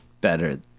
better